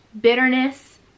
Bitterness